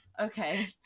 Okay